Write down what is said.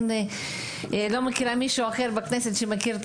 אני לא מכירה מישהו אחר בכנסת שמכיר את